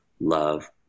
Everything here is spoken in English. love